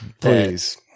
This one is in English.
Please